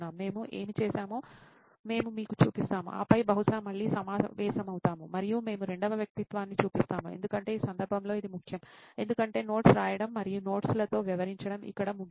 మేము ఏమి చేశామో మేము మీకు చూపిస్తాము ఆపై బహుశా మళ్లీ సమావేశమవుతాము మరియు మేము రెండవ వ్యక్తిత్వాన్ని చూపిస్తాము ఎందుకంటే ఈ సందర్భంలో ఇది ముఖ్యం ఎందుకంటే నోట్స్ రాయడం మరియు నోట్లతో వ్యవహరించడం ఇక్కడ ముగియదు